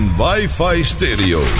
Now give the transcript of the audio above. wifi-stereo